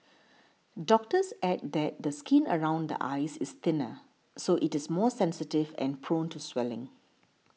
doctors add that the skin around the eyes is thinner so it is more sensitive and prone to swelling